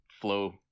flow